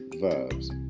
verbs